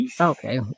Okay